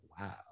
wow